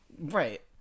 Right